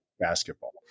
basketball